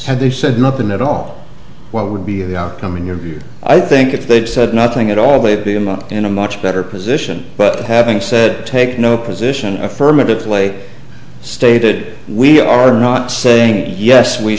had they said nothing at all what would be of the outcome in your view i think if they'd said nothing at all baby i'm up in a much better position but having said take no position affirmative the way stated we are not saying yes we